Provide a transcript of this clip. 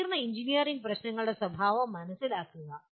സങ്കീർണ്ണ എഞ്ചിനീയറിംഗ് പ്രശ്നങ്ങളുടെ സ്വഭാവം മനസ്സിലാക്കുക